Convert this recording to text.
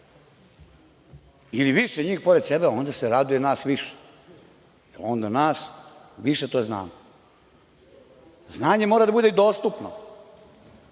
ili više njih pored sebe, onda se raduje nas više, onda nas više to zna. Znanje mora da bude i dostupno.